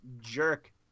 jerk